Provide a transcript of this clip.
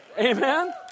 Amen